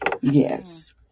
Yes